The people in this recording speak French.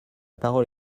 parole